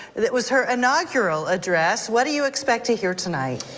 it was her inaugural address, what are you expecting here tonight?